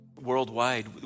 worldwide